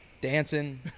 dancing